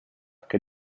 che